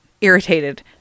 irritated